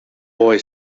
boy